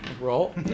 Roll